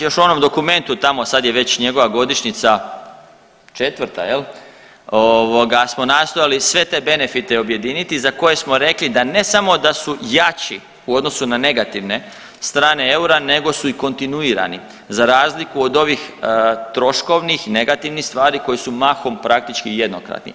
Još u onom dokumentu, tamo, sad je već njegova godišnjica, 4., je li, smo nastojali sve te benefite objediniti za koje smo rekli da ne samo da su jači u odnosu na negativne strane eura, nego su i kontinuirani za razliku od ovih troškovnih, negativnih stvari koje su mahom, praktički jednokratni.